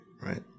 right